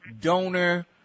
donor